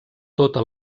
tota